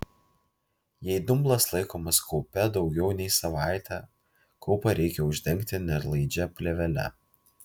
jei dumblas laikomas kaupe daugiau nei savaitę kaupą reikia uždengti nelaidžia plėvele